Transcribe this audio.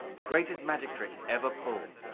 the greatest magic trick ever pulled.